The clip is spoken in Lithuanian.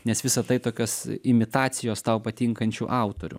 nes visa tai tokios imitacijos tau patinkančių autorių